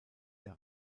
der